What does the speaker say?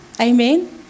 Amen